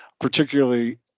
particularly